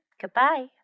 goodbye